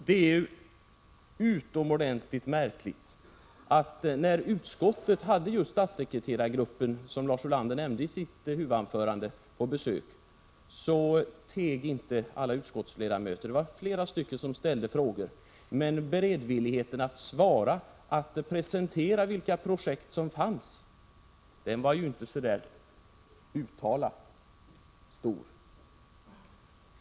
Alla utskottsledamöter teg inte när utskottet hade statssekreterargruppen, som Lars Ulander nämnde i sitt huvudanförande, på besök. Flera utskottsledamöter ställde faktiskt flera frågor. Men beredvilligheterna att svara på och presentera vilka projekt som fanns var ju inte så uttalat stor.